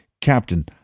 Captain